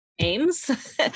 names